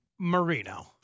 Marino